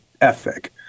Ethic